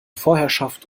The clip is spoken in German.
vorherrschaft